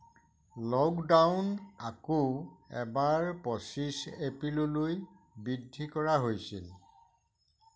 lockdown আকৌ এবাৰ পঁচিছ এপ্ৰিললৈ বৃদ্ধি কৰা হৈছিল